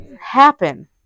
happen